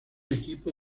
equipo